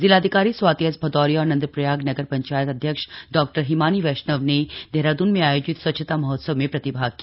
जिलाधिकारी स्वाति एस भदौरिया और नंदप्रयाग नगर पंचायत अध्यक्ष डा हिमानी वैष्णव ने देहरादून में आयोजित स्वच्छता महोत्सव में प्रतिभाग किया